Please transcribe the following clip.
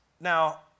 Now